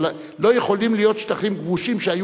אבל לא יכולים להיות שטחים כבושים שהיו